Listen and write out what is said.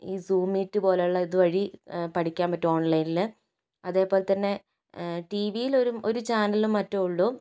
ഈ Zoom Meet പോലെയുള്ള ഇതുവഴി പഠിക്കാൻ പറ്റും ഓൺലൈനിൽ അതേപോലെത്തന്നെ ടി വിയിലൊരു ഒരു ചാനൽ മറ്റൊ ഉള്ളൂ